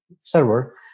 server